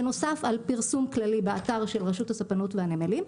בנוסף על פרסום כללי באתר של רשות הספנות והנמלים,